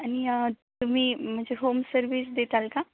आणि तुम्ही म्हणजे होम सर्विस देता का